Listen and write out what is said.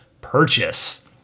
purchase